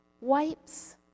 wipes